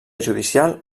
judicial